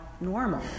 normal